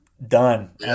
Done